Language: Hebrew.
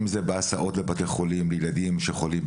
אם זה בהסעות לבתי חולים לילדים שחולים,